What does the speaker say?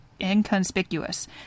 Inconspicuous